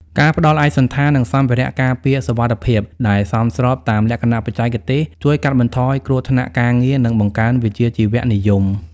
ការផ្ដល់ឯកសណ្ឋាន និងសម្ភារៈការពារសុវត្ថិភាពដែលសមស្របតាមលក្ខណៈបច្ចេកទេស ជួយកាត់បន្ថយគ្រោះថ្នាក់ការងារ និងបង្កើនវិជ្ជាជីវៈនិយម។